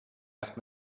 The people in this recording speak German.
wacht